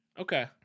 Okay